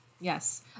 Yes